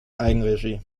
eigenregie